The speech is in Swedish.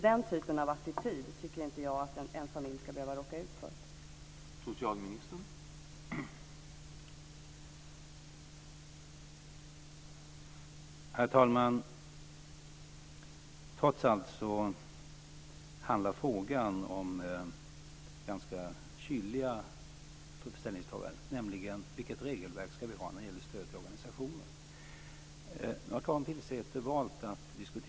Jag tycker inte att en familj ska behöva råka ut för den typen av attityd.